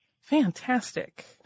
Fantastic